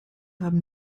haben